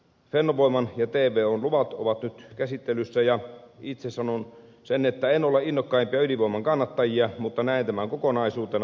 fennovoiman ja tvon luvat ovat nyt käsittelyssä ja itse sanon sen että en ole innokkaimpia ydinvoiman kannattajia mutta näen tämän kokonaisuutena